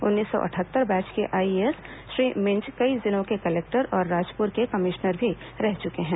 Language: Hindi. उन्नीस सौ अटहत्तर बैच के आईएएस श्री मिंज कई जिलों के कलेक्टर और राजपुर के कमिश्नर भी रह चके हैं